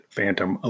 Phantom